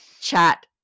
chat